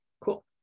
Cool